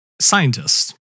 scientists